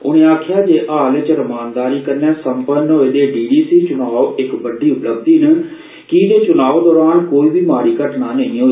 उनें आकखेआ जे हाल च रमानदारी कन्नै संपन्न होए दे डीडीसी चुनां इक बड्डी उपलब्बी ऐ की जे चुनां दरान कोई बी माड़ी घटना नेई होई